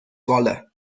wolle